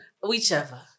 Whichever